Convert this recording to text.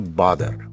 bother